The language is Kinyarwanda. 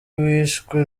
wishwe